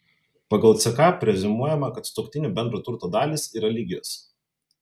pagal ck preziumuojama kad sutuoktinių bendro turto dalys yra lygios